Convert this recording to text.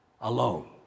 alone